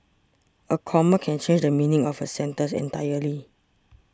a comma can change the meaning of a sentence entirely